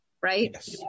right